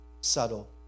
subtle